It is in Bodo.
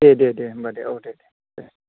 औ दे दे होम्बा दे औ दे दे